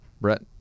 brett